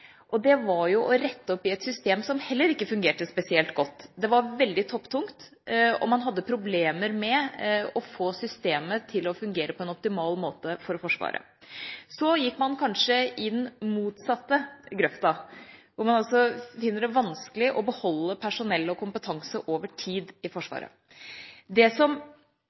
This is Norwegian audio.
Det var for å rette opp i et system som heller ikke fungerte spesielt godt. Det var veldig topptungt, og man hadde problemer med å få systemet til å fungere på en optimal måte for Forsvaret. Så gikk man kanskje i den motsatte grøfta, hvor man finner det vanskelig å beholde personell og kompetanse over tid i Forsvaret. Det som